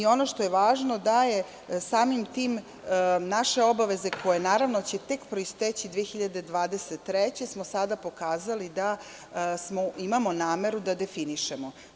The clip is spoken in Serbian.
Ono što je važno da je samim tim naše obaveze koje će naravno tek proisteći 2023. godine, smo sada pokazali da imamo nameru da definišemo.